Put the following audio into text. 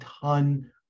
ton